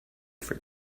for